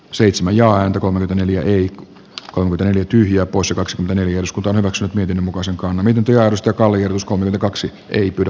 seitsemän ja häntä kolme neljä eric kohde löytyy joku osakas kymmenen jos kotona katsot niiden mukaiset konami työllistä kaljus comin kaksi ei pidä